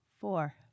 four